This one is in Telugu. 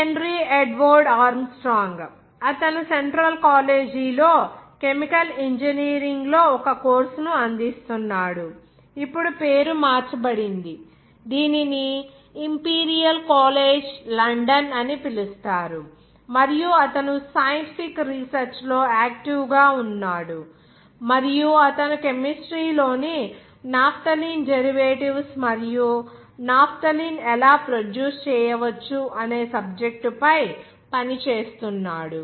హెన్రీ ఎడ్వర్డ్ ఆర్మ్స్ట్రాంగ్ అతను సెంట్రల్ కాలేజీ లో "కెమికల్ ఇంజనీరింగ్" లో ఒక కోర్సును అందిస్తున్నాడు ఇప్పుడు పేరు మార్చబడింది దీనిని ఇంపీరియల్ కాలేజ్ లండన్ అని పిలుస్తారు మరియు అతను సైంటిఫిక్ రీసెర్చ్ లో యాక్టివ్ గా ఉన్నాడు మరియు అతను కెమిస్ట్రీ లోని నాఫ్థలిన్ డెరివేటివ్స్ మరియు నాఫ్థలిన్ ఎలా ప్రొడ్యూస్ చేయవచ్చు అనే సబ్జెక్టు పై పని చేస్తున్నాడు